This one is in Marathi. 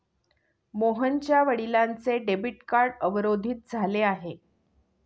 मोहनच्या वडिलांचे डेबिट कार्ड अवरोधित झाले आहे